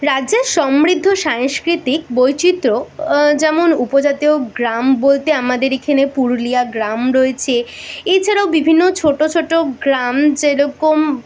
রাজ্যের সমৃদ্ধ সাংস্কৃতিক বৈচিত্র্য যেমন উপজাতীয় গ্রাম বলতে আমাদের এখানে পুরুলিয়া গ্রাম রয়েছে এই ছাড়াও বিভিন্ন ছোটো ছোটো গ্রাম যেরকম